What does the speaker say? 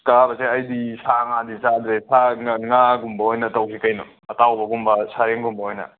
ꯆꯥꯕꯁꯦ ꯑꯩꯗꯤ ꯁꯥꯉꯥꯁꯦ ꯆꯥꯗ꯭ꯔꯦ ꯐꯥꯔꯒ ꯉꯥꯒꯨꯝꯕ ꯑꯣꯏꯅ ꯇꯧꯁꯤ ꯀꯩꯅꯣ ꯑꯇꯥꯎꯕꯒꯨꯝꯕ ꯁꯥꯔꯦꯡꯒꯨꯝꯕ ꯑꯣꯏꯅ